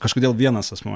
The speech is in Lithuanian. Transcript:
kažkodėl vienas asmuo